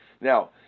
Now